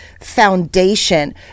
foundation